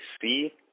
see